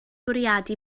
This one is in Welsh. bwriadu